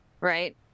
right